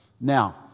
Now